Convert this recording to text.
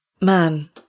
man